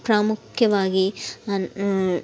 ಪ್ರಮುಖವಾಗಿ